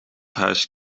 huis